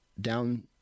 down